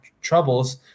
troubles